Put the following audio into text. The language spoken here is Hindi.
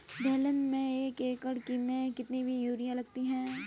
दलहन में एक एकण में कितनी यूरिया लगती है?